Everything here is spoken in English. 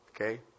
Okay